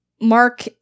Mark